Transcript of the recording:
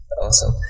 Awesome